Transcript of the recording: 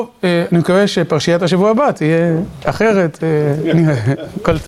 אני מקווה שפרשיית השבוע הבא תהיה אחרת, נהיה.